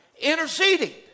interceding